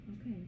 Okay